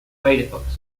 firefox